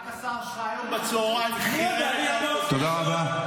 רק השר שלך היום בצוהריים --- תודה רבה.